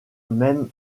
même